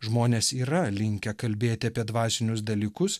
žmonės yra linkę kalbėti apie dvasinius dalykus